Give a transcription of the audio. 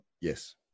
Yes